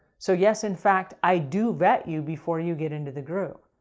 so yes, in fact, i do vet you before you get into the group.